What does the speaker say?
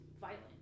violent